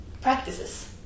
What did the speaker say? practices